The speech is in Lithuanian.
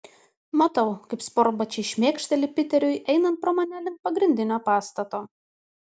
matau kaip sportbačiai šmėkšteli piteriui einant pro mane link pagrindinio pastato